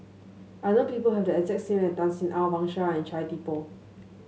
I know people who have the exact name as Tan Sin Aun Wang Sha and Chia Thye Poh